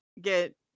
get